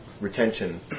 retention